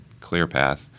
ClearPath